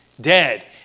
dead